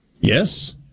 Yes